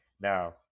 Now